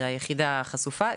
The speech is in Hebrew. זה היחידה חשופה.